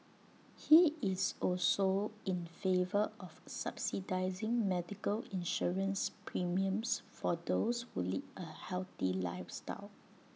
he is also in favour of subsidising medical insurance premiums for those who lead A healthy lifestyle